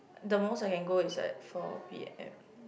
the most I can go is like four p_m